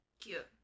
cute